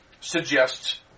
suggests